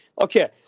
Okay